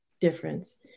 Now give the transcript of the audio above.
difference